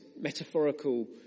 metaphorical